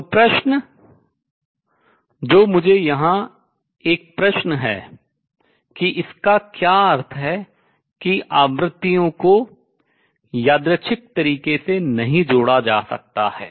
तो प्रश्न तो मुझे यहाँ एक प्रश्न है कि इसका क्या अर्थ है कि आवृत्तियों को यादृच्छिक तरीके से नहीं जोड़ा जा सकता है